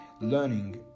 learning